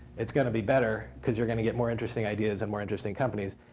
it's going to be better, because you're going to get more interesting ideas and more interesting companies.